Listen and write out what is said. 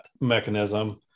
mechanism